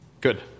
Good